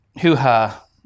Hoo-ha